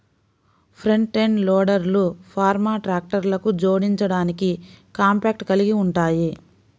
front end లోడర్లు farm ట్రాక్టర్లకు జోడించడానికి కాంపాక్ట్ కలిగి ఉంటాయి